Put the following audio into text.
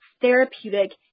therapeutic